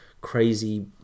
crazy